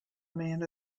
man